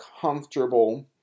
comfortable